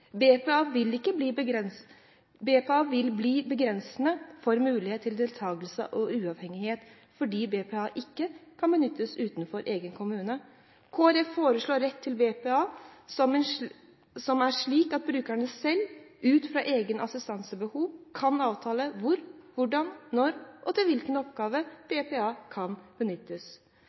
BPA vil bli begrensende for muligheten til deltakelse og uavhengighet fordi BPA ikke kan benyttes utenfor egen kommune. Kristelig Folkeparti foreslår en rett til BPA som er slik at brukeren selv, ut fra egne assistansebehov, kan avtale hvor, hvordan, når og til hvilke oppgaver BPA kan benyttes.